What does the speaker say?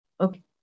Okay